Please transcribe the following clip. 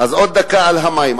אז עוד דקה על המים.